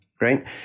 Right